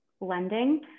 lending